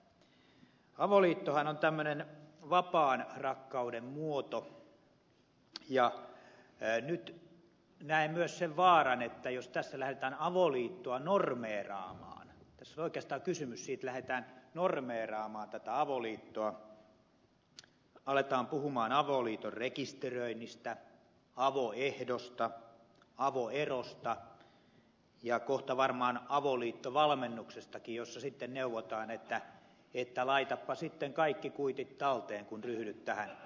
avoliittohan on tämmöinen vapaan rakkauden muoto ja nyt näen myös sen vaaran että tässä lähdetään avoliittoa normeeraamaan tässä on oikeastaan kysymys siitä että lähdetään normeeraamaan tätä avoliittoa aletaan puhua avoliiton rekisteröinnistä avoehdosta avoerosta ja kohta varmaan avoliittovalmennuksestakin jossa sitten neuvotaan että laitapa sitten kaikki kuitit talteen kun ryhdyt tähän avoliittoon